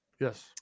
Yes